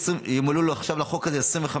שימלאו לו עכשיו 25 שנה.